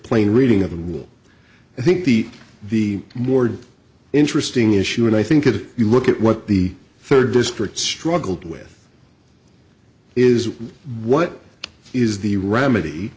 plain reading of the rule i think the the more interesting issue and i think if you look at what the third district struggled with is what is the remedy